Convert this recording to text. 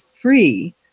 free